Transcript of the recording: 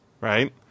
right